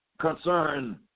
concern